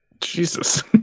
Jesus